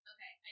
Okay